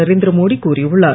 நரேந்திரமோடி கூறியுள்ளார்